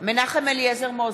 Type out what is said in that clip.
מנחם אליעזר מוזס,